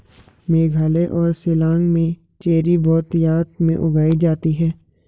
मेघालय और शिलांग में चेरी बहुतायत में उगाई जाती है